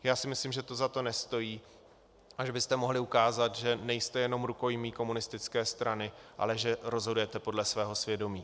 Já si myslím, že to za to nestojí a že byste mohli ukázat, že nejste jenom rukojmí komunistické strany, ale že rozhodujete podle svého svědomí.